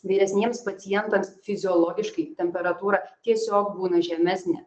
vyresniems pacientams fiziologiškai temperatūra tiesiog būna žemesnė